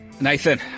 Nathan